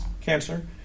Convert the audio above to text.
cancer